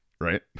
Right